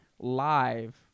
live